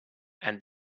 and